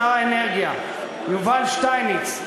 שר האנרגיה יובל שטייניץ,